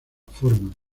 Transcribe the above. forman